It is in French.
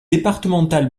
départemental